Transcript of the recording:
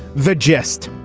the gist.